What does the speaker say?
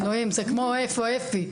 אלוהים, זה כמו איפה אפי?